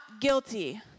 guilty